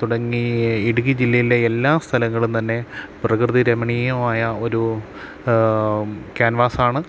തുടങ്ങി ഇടുക്കി ജില്ലയിലെ എല്ലാ സ്ഥലങ്ങളും തന്നെ പ്രകൃതി രമണീയമായ ഒരു ക്യാൻവാസാണ്